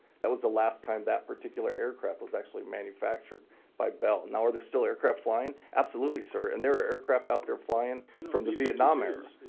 that was the last time that particular aircraft was actually manufactured by bell. now, are there still aircraft flying? absolutely, sir. and there are aircraft out there flying and from the vietnam era.